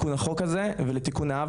קואליציוניים אבל צפויה החלטת ממשלה בנושא.